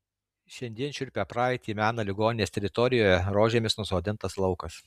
šiandien šiurpią praeitį mena ligoninės teritorijoje rožėmis nusodintas laukas